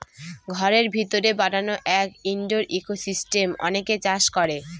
ঘরের ভিতরে বানানো এক ইনডোর ইকোসিস্টেম অনেকে চাষ করে